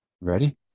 Ready